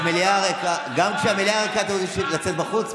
גם כשהמליאה ריקה אתם רוצים לצאת החוצה?